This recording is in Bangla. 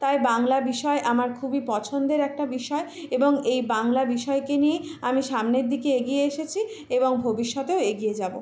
তাই বাংলা বিষয় আমার খুবই পছন্দের একটা বিষয় এবং এই বাংলা বিষয়কে নিয়েই আমি সামনের দিকে এগিয়ে এসেছি এবং ভবিষ্যতেও এগিয়ে যাবো